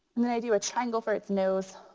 then i do a triangle for it's nose.